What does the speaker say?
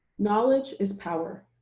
knowledge is power.